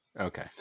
okay